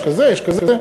יש כזה, יש כזה.